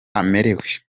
amerewe